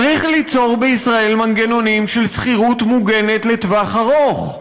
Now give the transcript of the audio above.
צריך ליצור בישראל מנגנונים של שכירות מוגנת לטווח ארוך.